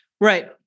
right